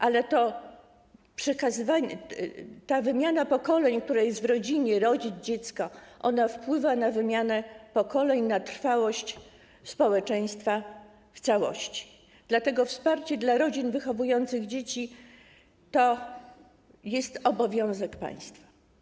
Ale to przekazywanie, ta wymiana pokoleń, która jest w rodzinie, rodzic - dziecko, ona wpływa na wymianę pokoleń, na trwałość społeczeństwa w całości, dlatego wsparcie dla rodzin wychowujących dzieci to jest obowiązek państwa.